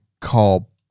call